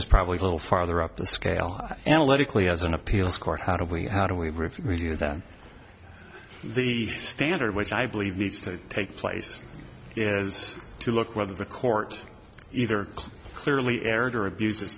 is probably a little farther up the scale analytically as an appeals court how do we how do we prove that the standard which i believe needs to take place is to look at whether the court either clearly erred or abused